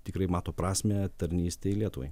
tikrai mato prasmę tarnystėj lietuvai